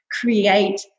create